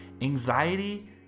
Anxiety